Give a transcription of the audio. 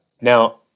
Now